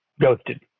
Ghosted